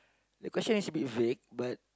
the question is a bit vague but